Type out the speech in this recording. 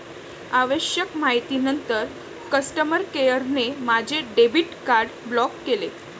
आवश्यक माहितीनंतर कस्टमर केअरने माझे डेबिट कार्ड ब्लॉक केले